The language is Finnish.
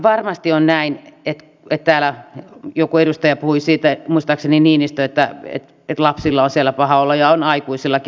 varmasti on näin täällä joku edustaja puhui siitä muistaakseni niinistö että lapsilla on siellä paha olla ja on aikuisillakin